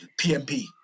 PMP